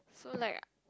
so like